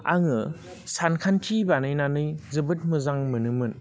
आङो सानखान्थि बानायनानै जोबोद मोजां मोनोमोन